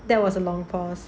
that was a long pause